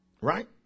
Right